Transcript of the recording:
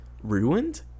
ruined